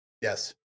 Yes